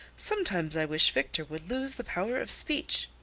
sometimes i wish victor would lose the power of speech.